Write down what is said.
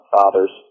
fathers